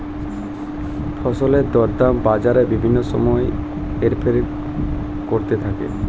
ফসলের দরদাম বাজারে বিভিন্ন সময় হেরফের করতে থাকে